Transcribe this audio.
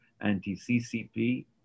anti-CCP